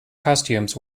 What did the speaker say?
costumes